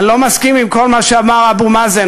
אני לא מסכים עם כל מה שאמר אבו מאזן,